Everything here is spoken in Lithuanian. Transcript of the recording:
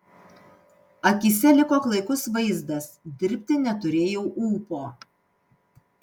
akyse liko klaikus vaizdas dirbti neturėjau ūpo